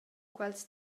quels